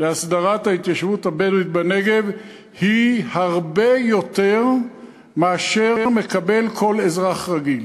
להסדרת ההתיישבות הבדואית בנגב נותנת הרבה יותר מאשר מקבל כל אזרח רגיל.